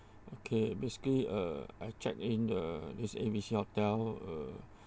okay basically uh I check in uh this A B C hotel uh